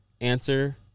answer